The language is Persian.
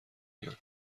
میان